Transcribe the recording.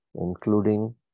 Including